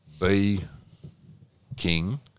B-King –